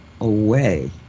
Away